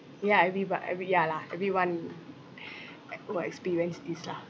ya everybod~ every~ ya lah everyone will experience this lah